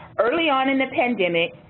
early on in the pandemic,